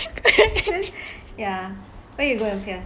then ya where you going to pierce